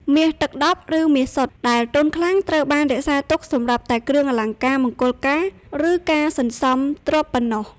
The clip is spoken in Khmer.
មាសទឹកដប់ (ឬ មាសសុទ្ធ) ដែលទន់ខ្លាំង ត្រូវបានរក្សាទុកសម្រាប់តែគ្រឿងអលង្ការមង្គលការ ឬការសន្សំទ្រព្យប៉ុណ្ណោះ។